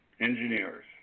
engineers